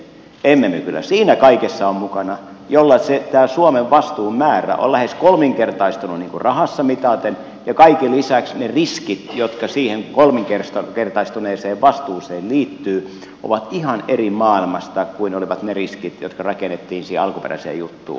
emme me kyllä siinä kaikessa ole mukana jolla tämä suomen vastuun määrä on lähes kolminkertaistunut rahassa mitaten ja kaiken lisäksi ne riskit jotka siihen kolminkertaistuneeseen vastuuseen liittyvät ovat ihan eri maailmasta kuin olivat ne riskit jotka rakennettiin siihen alkuperäiseen juttuun